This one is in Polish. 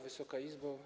Wysoka Izbo!